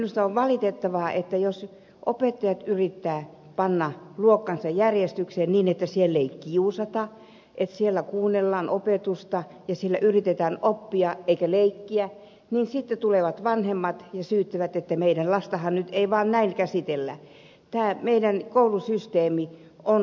minusta on valitettavaa että jos opettajat yrittävät panna luokkansa järjestykseen niin että siellä ei kiusata että siellä kuunnellaan opetusta ja yritetään oppia eikä leikkiä niin sitten tulevat vanhemmat ja syyttävät että meidän lastahan ei nyt vaan näin käsitellä